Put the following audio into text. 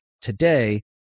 today